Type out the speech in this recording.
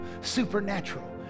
supernatural